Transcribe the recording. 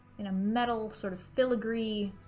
in a metal sort of filigree,